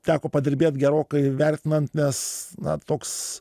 teko padirbėt gerokai vertinant nes na toks